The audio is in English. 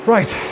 Right